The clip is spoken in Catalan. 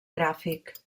gràfic